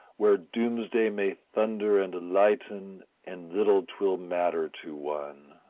where doomsday may thunder and lighten and little twill matter to one.